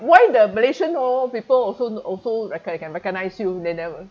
why the malaysian all people also also reco~ can recognise you they never